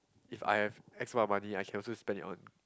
if I have extra money I can also spend it on